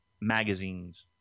magazines